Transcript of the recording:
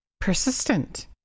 persistent